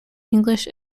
english